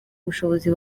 ubushobozi